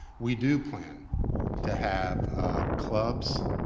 we do plan to have clubs,